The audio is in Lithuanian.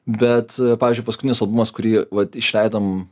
bet pavyzdžiui paskutinis albumas kurį vat išleidom